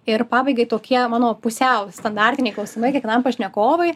ir pabaigai tokie mano pusiau standartiniai klausimai kiekvienam pašnekovui